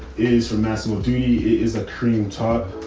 is for massimo. dutti is a cream taut.